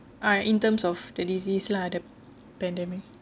ah in terms of the disease lah the pandemic